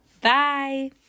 Bye